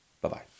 Bye-bye